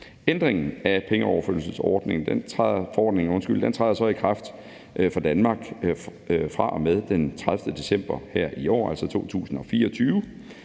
af pengeoverførselsforordningen træder i kraft for Danmark fra og med den 30. december her i år, altså 2024,